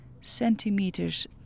centimeters